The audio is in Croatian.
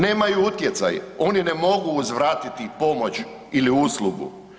Nemaju utjecaj, oni ne mogu uzvratiti pomoć ili uslugu.